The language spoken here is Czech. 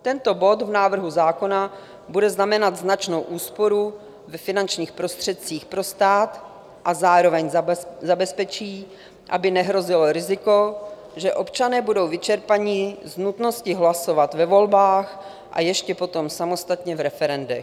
Tento bod v návrhu zákona bude znamenat značnou úsporu ve finančních prostředcích pro stát a zároveň zabezpečí, aby nehrozilo riziko, že občané budou vyčerpaní z nutnosti hlasovat ve volbách a ještě potom samostatně v referendech.